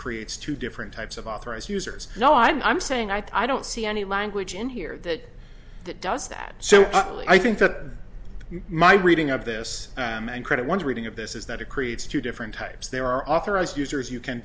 creates two different types of authorized users no i'm saying i thought i don't see any language in here that that does that so i think that my reading of this credit one reading of this is that it creates two different types there are authorized users you can